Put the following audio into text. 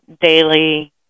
daily